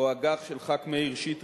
או אג"ח, של חבר כנסת מאיר שטרית,